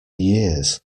years